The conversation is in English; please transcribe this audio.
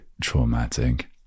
traumatic